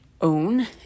own